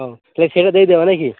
ହଉ ସେଇଟା ଦେଇ ଦେବା ନାଇଁ କି